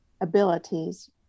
abilities